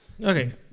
Okay